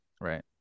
Right